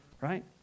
right